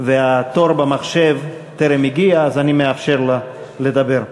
והתור במחשב טרם הגיע, אז אני מאפשר לה לדבר.